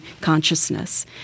consciousness